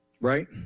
right